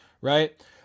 Right